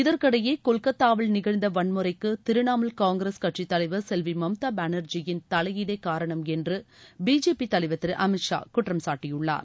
இதற்கிடையே கொல்கத்தாவில் நிகழ்ந்த வன்முறைக்கு திரிணாமுல் காங்கிரஸ் கட்சித்தலைவர் செல்வி மம்தா பேனர்ஜியின் தலையீடே காரணம் என்று பிஜேபி தலைவர் திரு அமித் ஷா குற்றம்சாட்டியுள்ளார்